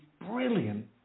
brilliant